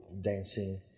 dancing